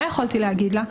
מה יכולתי להגיד לה?